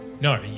No